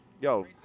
Yo